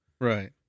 Right